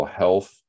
health